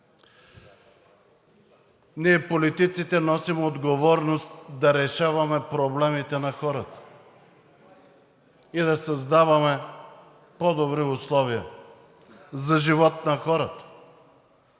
Ние, политиците, носим отговорност да решаваме проблемите на хората и да създаваме по-добри условия за живот на хората.